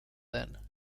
then